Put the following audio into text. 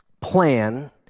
plan